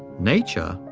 nature,